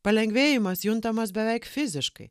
palengvėjimas juntamas beveik fiziškai